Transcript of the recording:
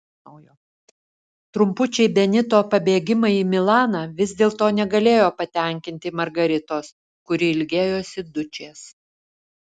trumpučiai benito pabėgimai į milaną vis dėlto negalėjo patenkinti margaritos kuri ilgėjosi dučės